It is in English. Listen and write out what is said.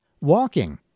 Walking